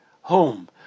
home